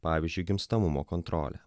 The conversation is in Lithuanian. pavyzdžiui gimstamumo kontrolę